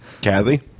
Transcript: Kathy